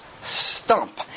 stump